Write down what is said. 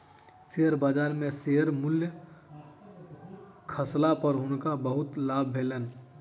share बजार में share मूल्य खसला पर हुनकर बहुत लाभ भेलैन